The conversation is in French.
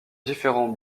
différents